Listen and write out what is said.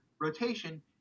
rotation